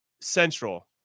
central